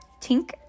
Tink